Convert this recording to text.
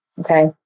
Okay